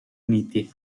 uniti